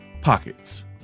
pockets